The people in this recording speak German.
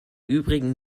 übrigen